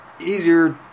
easier